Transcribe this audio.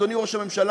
אדוני ראש הממשלה,